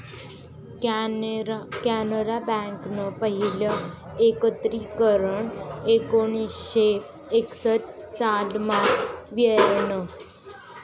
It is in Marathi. कॅनरा बँकनं पहिलं एकत्रीकरन एकोणीसशे एकसठ सालमा व्हयनं